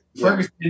Ferguson